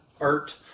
art